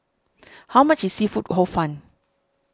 how much is Seafood Hor Fun